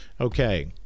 Okay